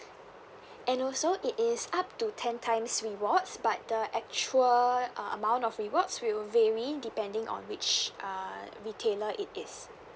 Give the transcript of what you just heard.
and also it is up to ten times rewards but the actual uh amount of rewards will vary depending on which uh retailer it is